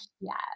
Yes